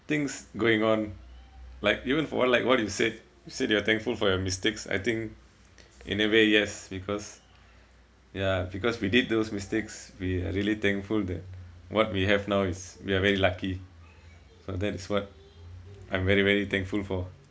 things going on like even for like what you said you're thankful for your mistakes I think in a way yes because ya because we did those mistakes we really thankful that what we have now is we are very lucky so that is what I'm very very thankful for